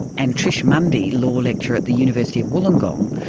and trish mundy, law lecturer at the university of wollongong,